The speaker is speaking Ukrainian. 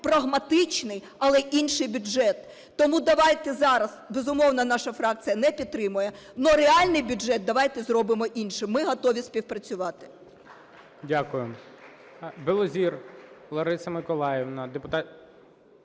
прагматичний, але інший бюджет. Тому давайте зараз… безумовно, наша фракція не підтримує, но реальний бюджет давайте зробимо іншим. Ми готові співпрацювати. ГОЛОВУЮЧИЙ. Дякуємо. Білозір Лариса Миколаївна… Ігор